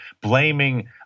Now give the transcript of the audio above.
blaming